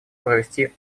провести